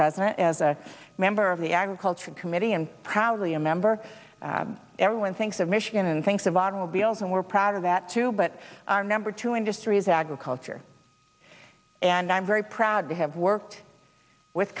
president as a member of the agriculture committee and proudly a member everyone thinks of michigan and thinks of automobiles and we're proud of that too but our number two industries agriculture and i'm very proud to have worked with